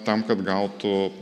tam kad gautų